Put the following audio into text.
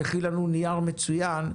שהכין לנו נייר מצוין,